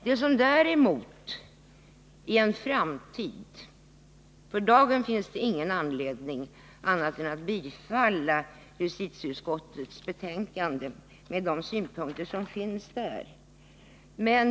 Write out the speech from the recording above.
Det finns för dagen ingen anledning till annat än att bifalla justitieutskottets hemställan.